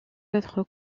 autres